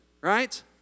right